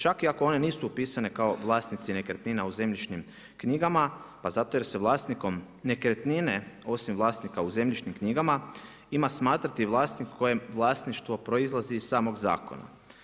Čak i ako oni nisu upisane kao vlasnici nekretnina u zemljišnim knjigama, pa zato jer se vlasnikom nekretnine, osim vlasnikom u zemljišnim knjigama ima smatrati vlasnik, kojem vlasništvo proizlazi iz samog zakona.